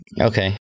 Okay